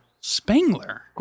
Spangler